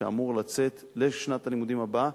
שאמור לצאת לשנת הלימודים הבאה,